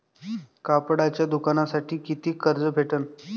कापडाच्या दुकानासाठी कितीक कर्ज भेटन?